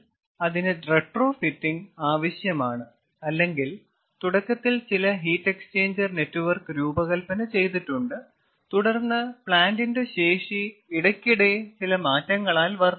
അതിനാൽ അതിന് റെട്രോഫിറ്റിംഗ് ആവശ്യമാണ് അല്ലെങ്കിൽ തുടക്കത്തിൽ ചില ഹീറ്റ് എക്സ്ചേഞ്ചർ നെറ്റ്വർക്ക് രൂപകൽപ്പന ചെയ്തിട്ടുണ്ട് തുടർന്ന് പ്ലാന്റിന്റെ ശേഷി ഇടയ്ക്കിടെ ചില മാറ്റങ്ങളാൽ വർദ്ധിച്ചു